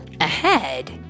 Ahead